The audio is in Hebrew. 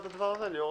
לא.